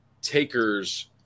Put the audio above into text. takers